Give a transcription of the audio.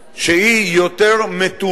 שהיא יותר מתונה.